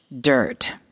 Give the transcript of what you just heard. dirt